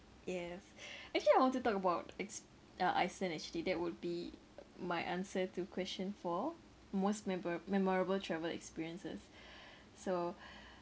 yes actually I want to talk about ex~ uh Iceland actually that would be my answer to question four most memor~ memorable travel experiences so